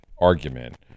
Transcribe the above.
argument